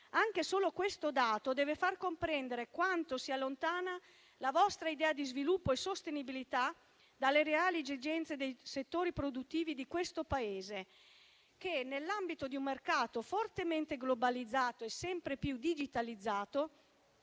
Anche solo questo dato deve far comprendere quanto sia lontana la vostra idea di sviluppo e sostenibilità dalle reali esigenze dei settori produttivi di questo Paese che, nell'ambito di un mercato fortemente globalizzato e sempre più digitalizzato,